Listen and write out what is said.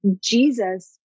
Jesus